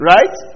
Right